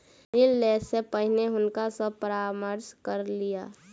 ऋण लै से पहिने हुनका सॅ परामर्श कय लिअ